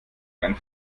einen